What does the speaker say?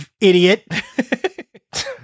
idiot